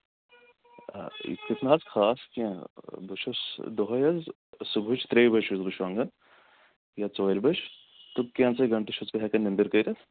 تیُتھ نہ حظ خاص کیٚنہہ بہٕ چھُس دۄہے حظ صبُحٕچ ترٛیہِ بَجہِ چھُس بہٕ شۄنگان یا ژورِ بَجہِ تہٕ کیٚنژَے گنٹَہٕ چھُس بہٕ ہیٚکان نندٕر کٔرِتھ